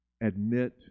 Admit